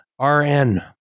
RN